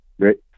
Great